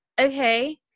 Okay